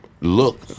look